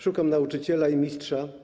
Szukam nauczyciela i mistrza/